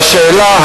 והשאלה היא,